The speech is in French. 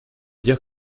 dire